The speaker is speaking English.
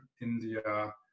India